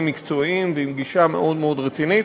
מקצועיים ועם גישה מאוד מאוד רצינית,